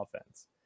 offense